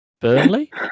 Burnley